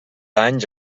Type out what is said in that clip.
anys